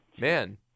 Man